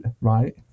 right